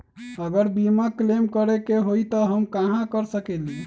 अगर बीमा क्लेम करे के होई त हम कहा कर सकेली?